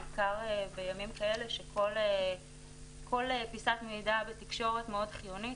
בעיקר בימים כאלה שכל פיסת מידע בתקשורת מאוד חיונית,